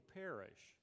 perish